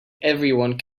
everyone